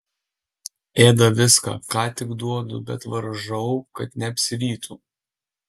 ėda viską ką tik duodu bet varžau kad neapsirytų